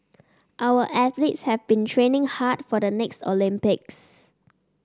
our athletes have been training hard for the next Olympics